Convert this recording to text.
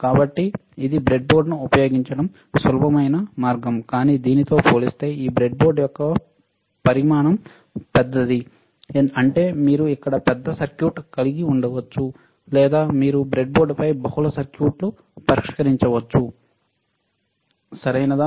కాబట్టి ఇది బ్రెడ్బోర్డును ఉపయోగించడం సులభమైన మార్గం కానీ దీనితో పోలిస్తే ఈ బ్రెడ్బోర్డ్ యొక్క పెద్ద పరిమాణం అంటే మీరు ఇక్కడ పెద్ద సర్క్యూట్ కలిగి ఉండవచ్చు లేదా మీరు బ్రెడ్బోర్డుపై బహుళ సర్క్యూట్లు పరీక్షించవచ్చు సరియైనదా